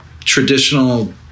traditional